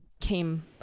came